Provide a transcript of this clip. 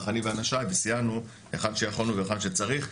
אני ואנשיי וסייענו היכן שיכולנו והיכן שצריך.